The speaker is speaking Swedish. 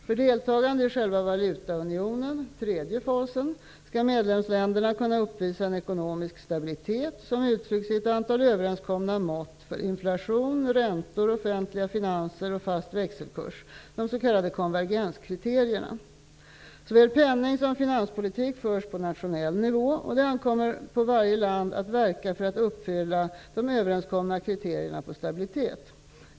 För deltagande i själva valutaunionen -- tredje fasen -- skall medlemsländerna kunna uppvisa en ekonomisk stabilitet som uttrycks i ett antal överenskomna mått för inflation, räntor, offentliga finanser och fast växelkurs, de s.k. konvergenskriterierna. Såväl penning som finanspolitik förs på nationell nivå, och det ankommer på varje land att verka för att uppfylla de överenskomna kriterierna på stabilitet.